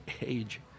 age